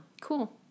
Cool